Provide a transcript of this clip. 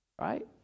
Right